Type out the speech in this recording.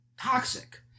toxic